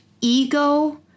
ego